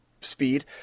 speed